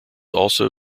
also